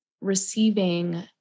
receiving